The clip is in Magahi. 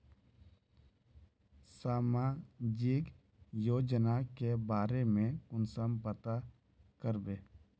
सामाजिक योजना के बारे में कुंसम पता करबे?